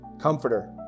comforter